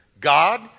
God